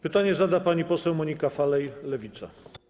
Pytanie zada pani poseł Monika Falej, Lewica.